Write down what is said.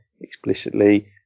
explicitly